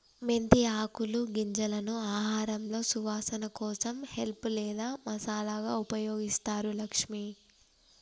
మెంతి ఆకులు గింజలను ఆహారంలో సువాసన కోసం హెల్ప్ లేదా మసాలాగా ఉపయోగిస్తారు లక్ష్మి